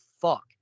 fuck